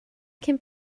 cyn